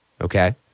okay